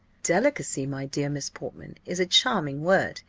delicacy, my dear miss portman, is a charming word,